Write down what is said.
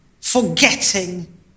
forgetting